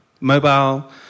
Mobile